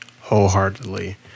wholeheartedly